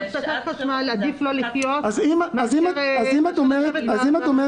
עדיף לו לחיות מאשר לא לצאת למסדרון.